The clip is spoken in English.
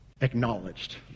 acknowledged